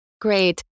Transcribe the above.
Great